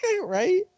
Right